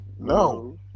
No